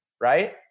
right